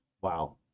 wow